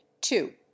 two